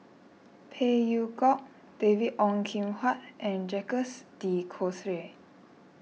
Phey Yew Kok David Ong Kim Huat and Jacques De Coutre